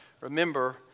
Remember